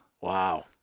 Wow